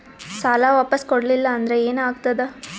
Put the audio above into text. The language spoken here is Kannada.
ಸಾಲ ವಾಪಸ್ ಕೊಡಲಿಲ್ಲ ಅಂದ್ರ ಏನ ಆಗ್ತದೆ?